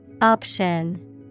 Option